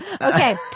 okay